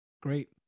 great